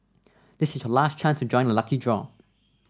this is your last chance to join the lucky draw